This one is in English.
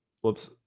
whoops